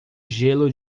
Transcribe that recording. gelo